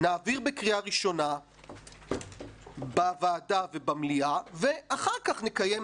נעביר בקריאה ראשונה בוועדה ובמליאה ואחר כך נקיים,